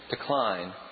decline